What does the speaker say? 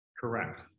Correct